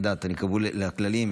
את יודעת, אני כבול לכללים.